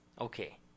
Okay